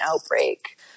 outbreak